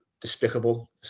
despicable